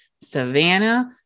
Savannah